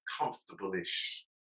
comfortable-ish